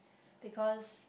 because